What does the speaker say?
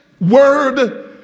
word